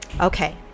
okay